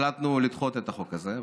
החלטנו לדחות את החוק הזה.